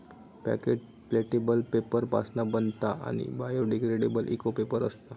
packet प्लॅटेबल paper पासना बनता आणि बायोडिग्रेडेबल इको पेपर असता